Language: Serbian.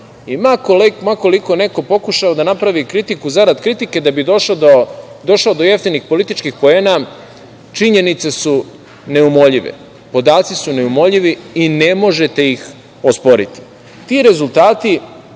i ma koliko neko pokušao da napravi kritiku zarad kritike da bi došao do jeftinih političkih poena, činjenice su neumoljive, podaci su neumoljivi i ne možete ih osporiti. Ti rezultati,